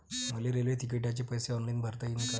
मले रेल्वे तिकिटाचे पैसे ऑनलाईन भरता येईन का?